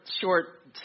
short